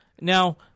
Now –